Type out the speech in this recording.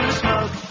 smoke